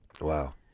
Wow